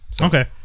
Okay